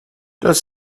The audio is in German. das